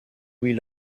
louis